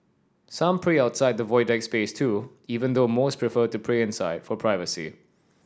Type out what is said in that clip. some pray outside the Void Deck space too even though most prefer to pray inside for privacy